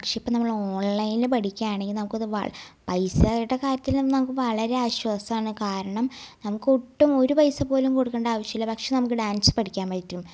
പക്ഷേ ഇപ്പം നമ്മൾ ഓൺലൈനിൽ പഠിക്കാണെങ്കിൽ നമുക്കത് പൈസേടെ കാര്യത്തിലും നമുക്ക് വളരെ ആശ്വാസമാണ് കാരണം നമുക്കൊട്ടും ഒരു പൈസ പോലും കൊടുക്കേണ്ട ആവശ്യമില്ല പക്ഷേ നമുക്ക് ഡാൻസ് പഠിക്കാൻ പറ്റും